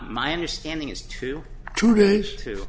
my understanding is to two days to